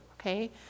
okay